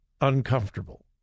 uncomfortable